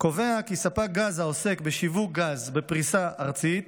קובע כי ספק גז העוסק בשיווק גז בפריסה ארצית